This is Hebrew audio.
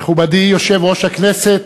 מכובדי יושב-ראש הכנסת